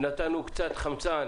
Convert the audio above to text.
ונתנו קצת חמצן